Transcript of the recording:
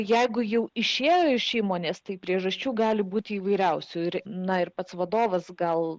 jeigu jau išėjo iš įmonės tai priežasčių gali būti įvairiausių ir na ir pats vadovas gal